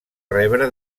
rebre